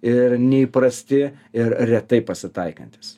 ir neįprasti ir retai pasitaikantys